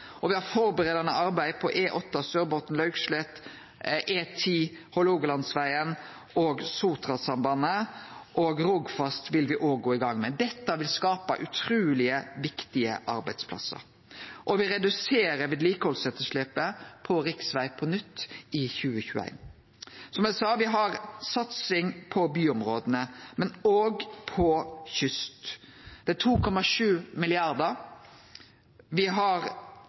har førebuande arbeid på E8 Sørbotn–Laukslett, E10 Hålogalandsvegen og Sotrasambandet, og Rogfast vil me òg gå i gang med. Dette vil skape utruleg viktige arbeidsplassar. Me reduserer òg vedlikehaldsetterslepet på riksvegar på nytt i 2021. Som eg sa: Me har satsing på byområda, men òg på kyst. Det er 2,7